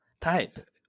type